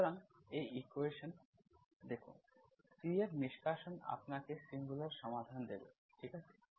সুতরাং এই 2টি ইকুয়েশন্স দেখুন C এর নিষ্কাশন আপনাকে সিঙ্গুলার সমাধান দেবে ঠিক আছে